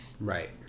Right